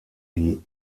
die